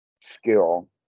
skill